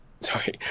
Sorry